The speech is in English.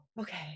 okay